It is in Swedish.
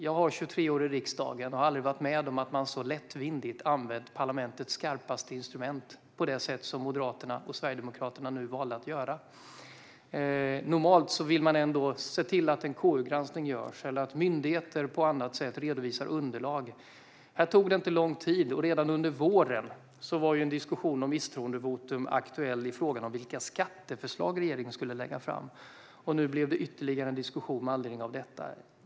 Jag har 23 år i riksdagen bakom mig, och jag har aldrig varit med om att man så lättvindigt har använt parlamentets skarpaste instrument på det sätt som Moderaterna och Sverigedemokraterna nu valde att göra. Normalt vill man ändå se till att en KU-granskning görs eller att myndigheter på annat sätt redovisar underlag, men här tog det inte lång tid. Redan under våren var ju en diskussion om misstroendevotum aktuell i frågan om vilka skatteförslag regeringen skulle lägga fram, och nu blev det ytterligare en diskussion med anledning av detta.